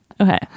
Okay